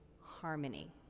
harmony